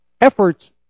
efforts